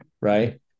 Right